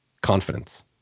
Confidence